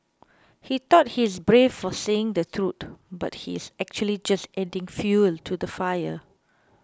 he thought he's brave for saying the truth but he's actually just adding fuel to the fire